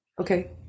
Okay